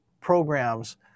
programs